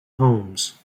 homes